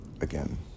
again